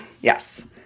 Yes